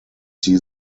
see